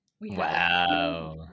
wow